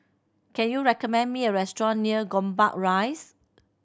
can you recommend me a restaurant near Gombak Rise